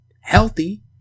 healthy